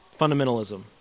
fundamentalism